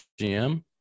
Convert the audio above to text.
GM